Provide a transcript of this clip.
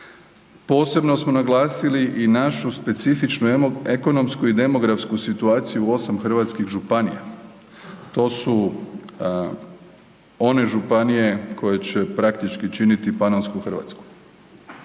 Posebno smo naglasili i našu specifičnu ekonomsku i demografsku situaciju u 8 hrvatskih županija. To su one županije koje će praktički činiti Panonsku Hrvatsku,